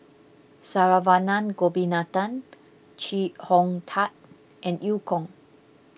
Saravanan Gopinathan Chee Hong Tat and Eu Kong